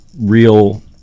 real